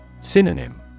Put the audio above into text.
Synonym